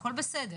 הכל בסדר,